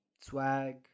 Swag